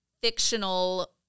fictional